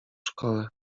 szkole